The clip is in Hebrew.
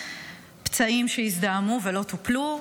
פצעים שהזדהמו ולא טופלו,